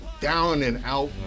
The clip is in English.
down-and-out